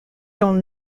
dans